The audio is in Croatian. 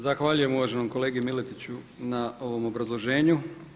Zahvaljujem uvaženom kolegi Miletiću na ovom obrazloženju.